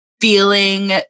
feeling